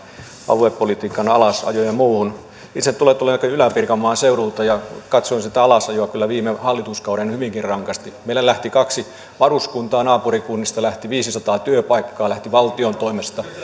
aluepolitiikan alasajoon ja muuhun itse tulen ylä pirkanmaan seudulta ja katsoin sitä alasajoa kyllä viime hallituskaudella hyvinkin rankasti meiltä lähti kaksi varuskuntaa naapurikunnista lähti viisisataa työpaikkaa lähti valtion toimesta